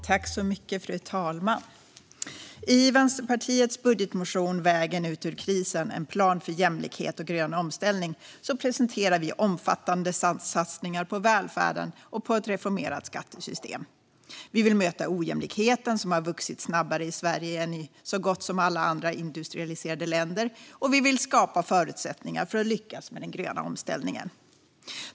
Fru talman! I Vänsterpartiets budgetmotion Vägen ut ur krisen - en plan för jämlikhet och grön omställning presenterar vi omfattande satsningar på välfärden och på ett reformerat skattesystem. Vi vill möta ojämlikheten som har vuxit snabbare i Sverige än i så gott som alla andra industrialiserade länder, och vi vill skapa förutsättningar för att lyckas med den gröna omställningen.